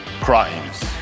crimes